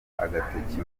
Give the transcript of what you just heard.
agatoki